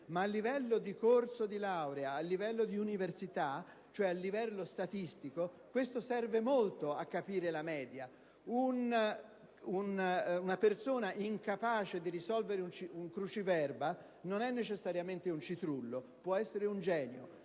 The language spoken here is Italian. ma a livello di corso di laurea, di università, cioè a livello statistico, il test serve molto a capire la media. Una persona che non è capace a risolvere un cruciverba non è necessariamente un citrullo, può anche essere un genio,